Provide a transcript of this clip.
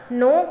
no